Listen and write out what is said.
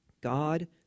God